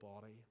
body